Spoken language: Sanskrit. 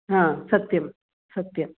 हा सत्यं सत्यम्